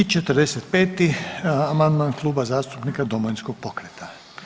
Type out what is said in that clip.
I 45. amandman Kluba zastupnika Domovinskog pokreta.